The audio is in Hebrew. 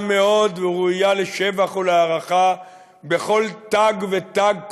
מאוד וראויה לשבח ולהערכה בכל תג ותג,